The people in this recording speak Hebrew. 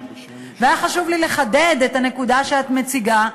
והיה חשוב לי לחדד את הנקודה שאת מציגה,